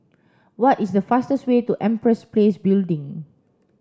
what is the fastest way to Empress Place Building